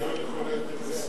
זה שוויון לכל היותר בזכויות.